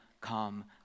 come